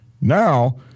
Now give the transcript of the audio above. Now